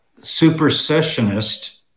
supersessionist